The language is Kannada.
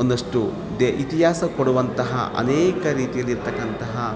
ಒಂದಷ್ಟು ದೆ ಇತಿಹಾಸ ಕೊಡುವಂತಹ ಅನೇಕ ರೀತಿಯಲ್ಲಿ ಇರ್ತಕ್ಕಂತಹ